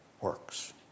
works